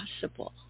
possible